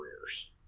careers